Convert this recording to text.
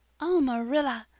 oh, marilla,